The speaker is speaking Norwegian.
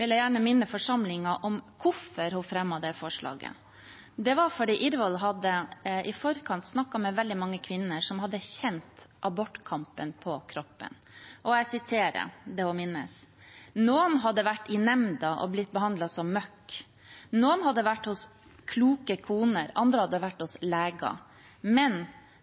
vil jeg gjerne minne forsamlingen om hvorfor hun fremmet det forslaget. Det var fordi Irvoll i forkant hadde snakket med veldig mange kvinner som hadde kjent abortkampen på kroppen, og jeg siterer det hun minnes: «Noen hadde vært i nemnda og blitt behandlet som møkk. Noen hadde vært hos «kloke koner», andre hadde vært hos leger. Men